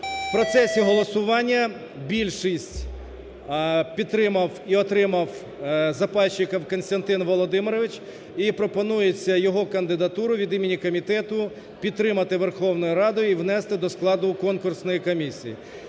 В процесі голосування більшість підтримав і отримав Запайщиков Костянтин Володимирович. І пропонується його кандидатуру від імені комітету підтримати Верховною Радою і внести до складу Конкурсної комісії.